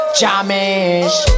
jamish